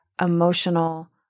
emotional